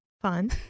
Fun